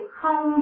không